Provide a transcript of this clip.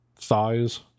thighs